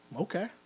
okay